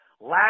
Last